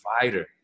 fighter